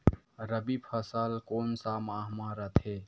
रबी फसल कोन सा माह म रथे?